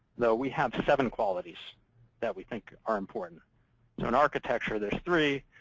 though, we have seven qualities that we think are important. so in architecture, there's three.